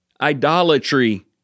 idolatry